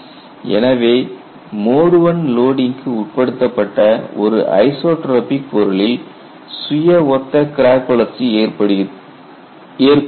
எனவே mode I லோடிங்க்கு உட்படுத்தப்பட்ட ஒரு ஐசோட்ரோபிக் பொருளில் சுய ஒத்த கிராக் வளர்ச்சி ஏற்படுகிறது